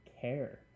care